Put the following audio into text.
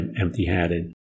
empty-handed